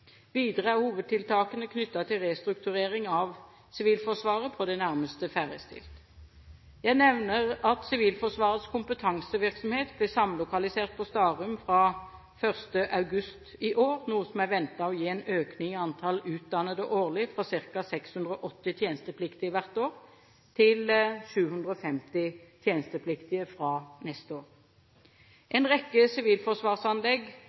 Videre er hovedtiltakene knyttet til restrukturering av Sivilforsvaret på det nærmeste ferdigstilt. Jeg nevner at Sivilforsvarets kompetansevirksomhet ble samlokalisert på Starum fra 1. august i år, noe som er ventet å gi en økning i antall utdannede årlig, fra ca. 680 tjenestepliktige hvert år til 750 tjenestepliktige fra neste år. En rekke sivilforsvarsanlegg